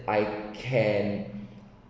I can